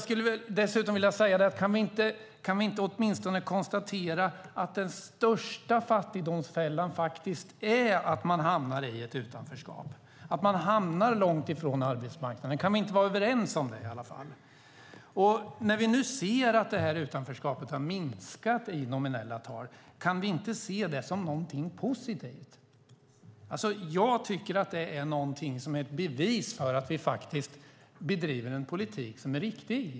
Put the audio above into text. Kan vi inte åtminstone konstatera att den största fattigdomsfällan är att man hamnar i ett utanförskap - att man hamnar långt ifrån arbetsmarknaden? Kan vi inte vara överens om det? När vi nu ser att utanförskapet har minskat i nominella tal - kan vi inte se det som någonting positivt? Jag tycker att det är någonting som är ett bevis för att vi bedriver en politik som är riktig.